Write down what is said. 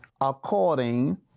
according